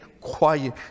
quiet